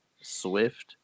Swift